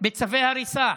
בצווי הריסה.